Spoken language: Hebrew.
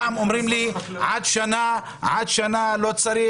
פעם אומרים לי עד שנה לא צריך,